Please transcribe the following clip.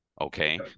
Okay